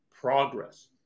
progress